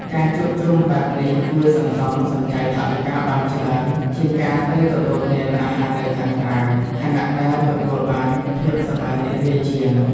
ការជួបជុំបែបនេះជួយសន្សំសំចៃថវិកាបានច្រើនជាងការទៅទទួលទានអាហារនៅខាងក្រៅ ខណៈដែលទទួលបានភាពសប្បាយរីករាយជាង។